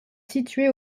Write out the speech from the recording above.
situé